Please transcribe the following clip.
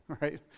right